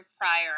prior